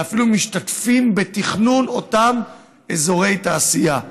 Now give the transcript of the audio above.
אלא אפילו משתתפים בתכנון אותם אזורי תעשייה.